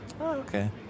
Okay